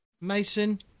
Mason